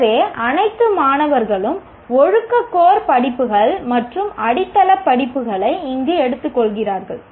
எனவே அனைத்து மாணவர்களும் ஒழுக்க கோர் படிப்புகள் மற்றும் அடித்தள படிப்புகளை இங்கு எடுத்துக்கொள்கிறார்கள்